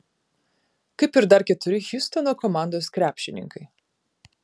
kaip ir dar keturi hjustono komandos krepšininkai